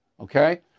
okay